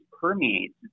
permeates